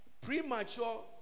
premature